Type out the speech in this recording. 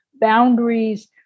boundaries